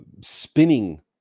spinning